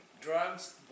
Drugs